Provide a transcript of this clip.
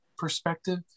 perspective